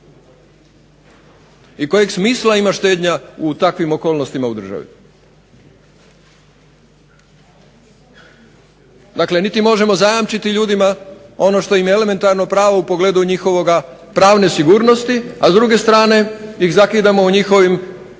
i kojeg smisla ima štednja u takvim okolnostima u državi. Dakle niti možemo zajamčiti ljudima ono što im je elementarno pravo u pogledu njihove pravne sigurnosti, a s druge strane ih zakidamo u njihovoj ekonomskoj